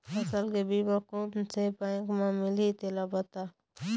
फसल के बीमा कोन से बैंक म मिलही तेला बता?